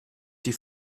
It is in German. die